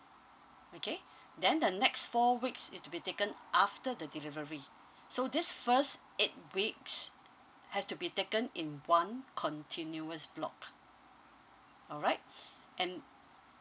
okay then the next four weeks is to be taken after the delivery so this first eight weeks has to be taken in one continuous block alright and